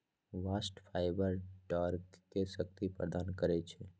bast fibre डांरके शक्ति प्रदान करइ छै